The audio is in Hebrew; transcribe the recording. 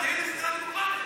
אל תגיד מדינה דמוקרטית.